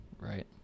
Right